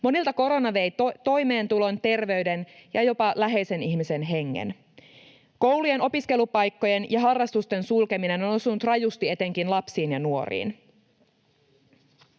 Monilta korona vei toimeentulon, terveyden ja jopa läheisen ihmisen hengen. Koulujen, opiskelupaikkojen ja harrastusten sulkeminen on osunut rajusti etenkin lapsiin ja nuoriin.